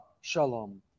shalom